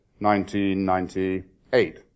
1998